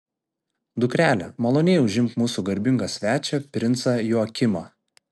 dukrele maloniai užimk mūsų garbingą svečią princą joakimą